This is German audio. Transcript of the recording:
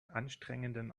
anstrengenden